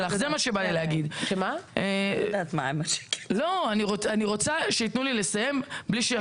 לא, אני רוצה שיתנו לי לסיים בלי שיפריעו לי.